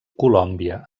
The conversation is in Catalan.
colòmbia